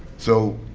so